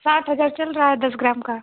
साठ हजार चल रहा है दस ग्राम का